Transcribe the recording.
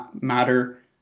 Matter